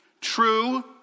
true